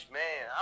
man